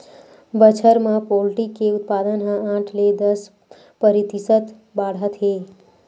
बछर म पोल्टी के उत्पादन ह आठ ले दस परतिसत बाड़हत हे